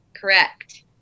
Correct